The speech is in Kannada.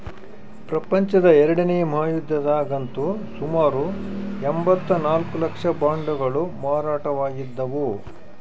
ಪ್ರಪಂಚದ ಎರಡನೇ ಮಹಾಯುದ್ಧದಗಂತೂ ಸುಮಾರು ಎಂಭತ್ತ ನಾಲ್ಕು ಲಕ್ಷ ಬಾಂಡುಗಳು ಮಾರಾಟವಾಗಿದ್ದವು